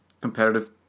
competitive